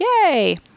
Yay